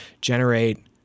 generate